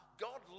God